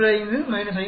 15 5